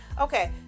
Okay